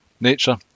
nature